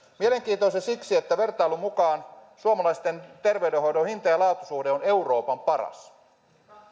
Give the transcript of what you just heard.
mielenkiintoisen siksi että vertailun mukaan suomalaisten terveydenhoidon hinta laatu suhde on euroopan paras